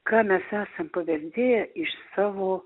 ką mes esam paveldėję iš savo